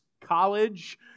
college